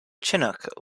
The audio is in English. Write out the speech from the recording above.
chinook